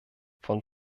von